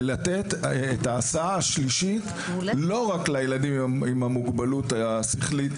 ולתת את ההסעה השלישית לא רק לילדים עם המוגבלות השכלית,